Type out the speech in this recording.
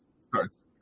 starts